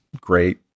great